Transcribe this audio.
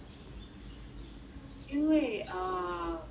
okay 因为 err